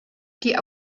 die